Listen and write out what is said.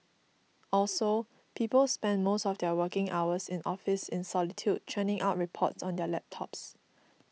also people spend most of their working hours in office in solitude churning out reports on their laptops